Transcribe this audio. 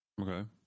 Okay